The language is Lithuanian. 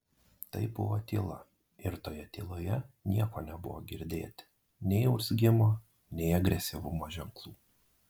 tai buvo tyla ir toje tyloje nieko nebuvo girdėti nei urzgimo nei agresyvumo ženklų